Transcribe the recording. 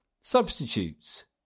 Substitutes